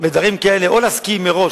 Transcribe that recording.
בדברים כאלה או להסכים מראש,